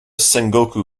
sengoku